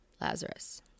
Lazarus